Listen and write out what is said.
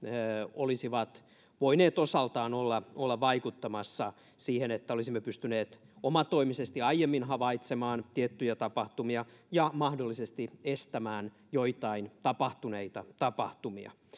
olisivat voineet osaltaan olla olla vaikuttamassa siihen että olisimme pystyneet omatoimisesti aiemmin havaitsemaan tiettyjä tapahtumia ja mahdollisesti estämään joitain tapahtuneita tapahtumia